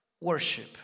worship